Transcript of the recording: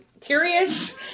curious